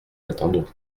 l’attendons